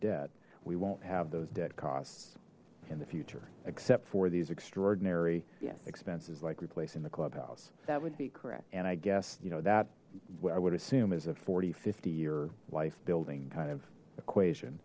debt we won't have those debt costs in the future except for these extraordinary expenses like replacing the clubhouse that would be correct and i guess you know that i would assume is a four thousand and fifty year life building kind of equation